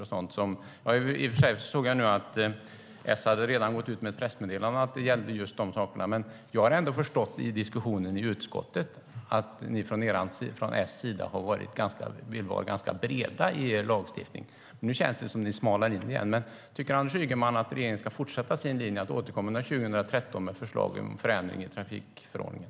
Jag såg i och för sig att S redan har gått ut med ett pressmeddelande om att det gäller just de sakerna. Av diskussionen i utskottet har jag ändå förstått att ni i S vill vara ganska breda i er lagstiftning, men nu känns det som om ni smalar in det igen. Tycker Anders Ygeman att regeringen ska fortsätta sin linje och återkomma under 2013 med förslag på en förändring i trafikförordningen?